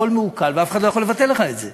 הכול מעוקל ואף אחד לא יכול לבטל לך את זה.